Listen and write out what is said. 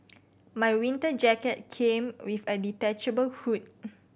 my winter jacket came with a detachable hood